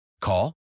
Call